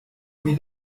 lui